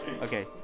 Okay